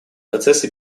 процессы